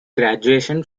graduation